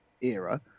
era